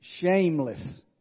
shameless